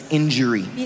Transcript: injury